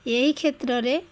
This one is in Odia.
ଏହି କ୍ଷେତ୍ରରେ